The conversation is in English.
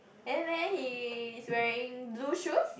then then he's wearing blue shoes